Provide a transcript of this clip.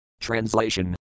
Translation